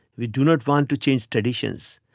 we do not want to change traditions,